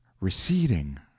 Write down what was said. receding